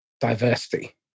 diversity